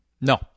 No